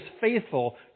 faithful